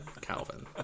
Calvin